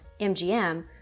MGM